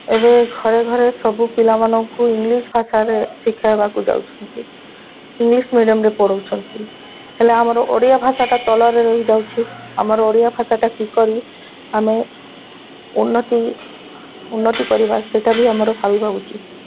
ଏବେ ଘରେ ଘରେ ସବୁ ପିଲାମାନଙ୍କୁ ଇଂଲିଶ ଭାଷାରେ ଶିଖାଇବାକୁ ଯାଉଛନ୍ତି ଇଂଲିଶ ମିଡ଼ିୟମ୍ରେ ପଢ଼ାଉଛନ୍ତି ହେଲେ ଆମର ଓଡ଼ିଆ ଭାଷାଟା ତଳରେ ରହିଯାଉଛି ଆମର ଓଡ଼ିଆ ଭାଷାଟା କି କରି ଆମେ ଉନ୍ନତି ଉନ୍ନତି କରିବା ସେଟା ବି ଆମର ଭାବିବା ଉଚିତ